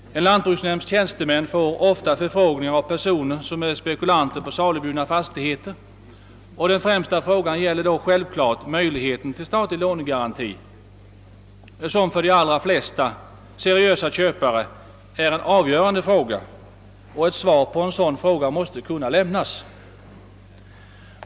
En lantbruksnämnds tjänstemän får ofta förfrågningar från personer, som är spekulanter på salubjudna fastigheter, och den främsta frågan gäller då självfallet möjligheten till statlig lånegaranti. Detta är för de allra flesta seriösa köpare en avgörande fråga, och ett svar måste kunna lämnas på den.